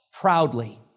proudly